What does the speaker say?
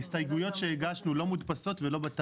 ההסתייגויות שהגשנו לא מודפסות ולא מופיעות בטבלט.